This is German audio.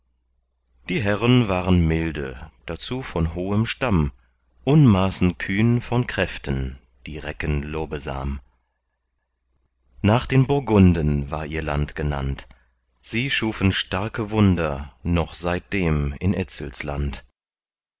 die herren waren milde dazu von hohem stamm unmaßen kühn von kräften die recken lobesam nach den burgunden war ihr land genannt sie schufen starke wunder noch seitdem in etzels land